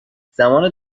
زمان